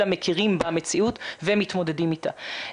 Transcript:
אלא מכירים במציאות ומתמודדים איתה.